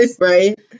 Right